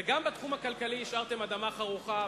וגם בתחום הכלכלי השארתם אדמה חרוכה,